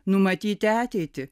numatyti ateitį